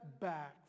back